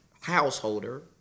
householder